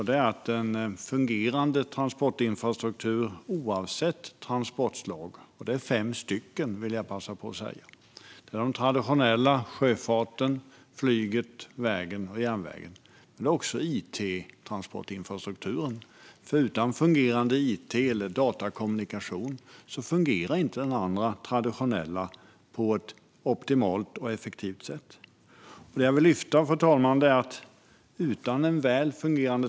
Det är att utan en väl fungerande transportinfrastruktur i hela landet, oavsett transportslag, finns inte förutsättningarna att skapa arbeten så att människor kan bosätta sig var de vill, för att de enkelt ska kunna resa mellan bostad och arbete eller för den delen för att människor ska kunna ta del av kultur eller att finnas i sociala sammanhang.